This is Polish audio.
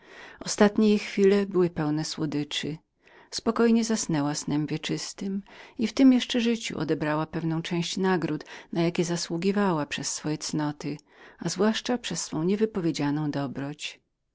ostatnie jej chwile były pełne słodyczy spokojnie zasnęła snem wiecznym i w tem jeszcze życiu odebrała pewną część nagród na jakie zasługiwała przez swoje cnoty a zwłaszcza niewypowiedzianą dobroć